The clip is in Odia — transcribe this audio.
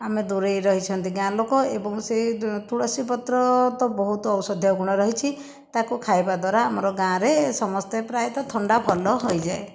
ଆମେ ଦୁରେଇ ରହିଛନ୍ତି ଗାଁ ଲୋକ ଏବଂ ସେ ଦ ତୁଳସୀ ପତ୍ର ତ ବହୁତ ଔଷଧିୟ ଗୁଣ ରହିଛି ତାକୁ ଖାଇବା ଦ୍ୱାରା ଆମର ଗାଁରେ ସମସ୍ତେ ପ୍ରାୟତଃ ଥଣ୍ଡା ଭଲ ହୋଇଯାଏ